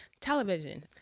television